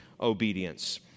obedience